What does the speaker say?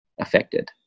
Affected